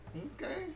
okay